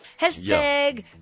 Hashtag